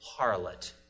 harlot